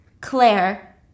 Claire